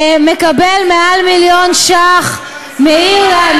מקבל מעל מיליון שקלים מאירלנד,